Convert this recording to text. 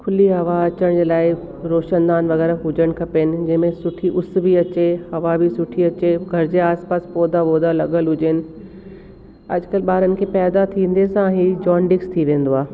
खुली हवा अचण जे लाइ रोशनदान वग़ैरह हुजणु खपे हिन में जंहिंमें सुठी उस बि अचे हवा बि सुठी अचे घर जे आसपास पौधा ॿौधा लॻल हुजनि अॼुकल्ह ॿारन खे पैदा थींदे सां ई जॉन्डिस थी वेंदो आहे